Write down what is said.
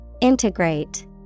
integrate